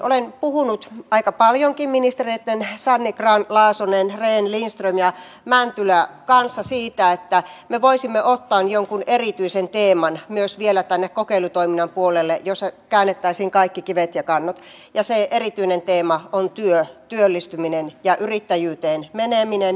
olen puhunut aika paljonkin ministereitten sanni grahn laasonen rehn lindström ja mäntylä kanssa siitä että me voisimme ottaa jonkun erityisen teeman myös vielä tänne kokeilutoiminnan puolelle jossa käännettäisiin kaikki kivet ja kannot ja se erityinen teema on työ työllistyminen ja yrittäjyyteen meneminen